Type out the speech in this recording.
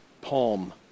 Palm